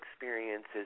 experiences